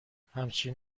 همچین